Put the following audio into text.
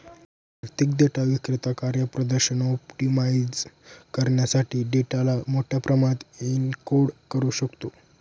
आर्थिक डेटा विक्रेता कार्यप्रदर्शन ऑप्टिमाइझ करण्यासाठी डेटाला मोठ्या प्रमाणात एन्कोड करू शकतो